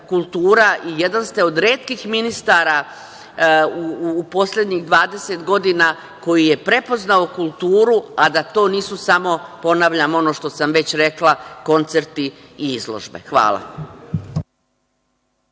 i jedan ste od retkih ministara u poslednjih 20 godina koji je prepoznao kulturu, a da to nisu samo, ponavljam ono što sam već rekla, koncerti i izložbe. Hvala.